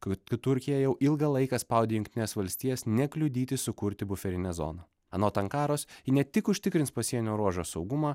kad turkija jau ilgą laiką spaudė jungtines valstijas nekliudyti sukurti buferinę zoną anot ankaros ne tik užtikrins pasienio ruožo saugumą